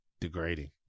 Degrading